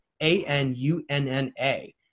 A-N-U-N-N-A